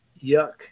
Yuck